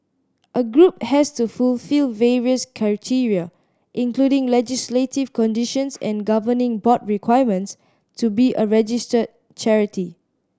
a group has to fulfil various criteria including legislative conditions and governing board requirements to be a registered charity